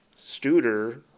Studer